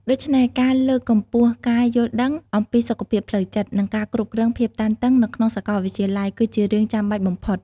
ដូច្នេះ ការលើកកម្ពស់ការយល់ដឹងអំពីសុខភាពផ្លូវចិត្ត និងការគ្រប់គ្រងភាពតានតឹងនៅក្នុងសាកលវិទ្យាល័យគឺជារឿងចាំបាច់បំផុត។